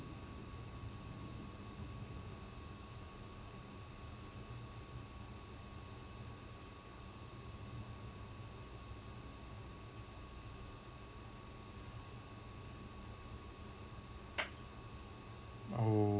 oh